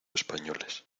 españoles